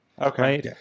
Okay